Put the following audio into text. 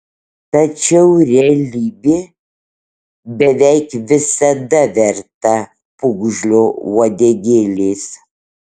tačiau realybė beveik visada verta pūgžlio uodegėlės